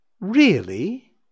Really